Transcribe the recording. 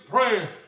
prayer